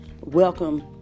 Welcome